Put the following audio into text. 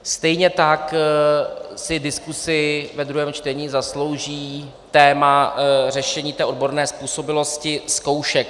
Stejně tak si diskusi ve druhém čtení zaslouží téma řešení odborné způsobilosti, zkoušek.